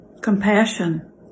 Compassion